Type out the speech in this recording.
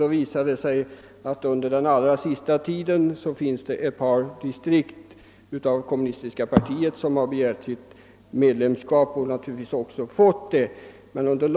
Det visar sig att på den allra senaste tiden har ett par distrikt av kommunistiska partiet begärt medlemskap och naturligtvis även fått sådant.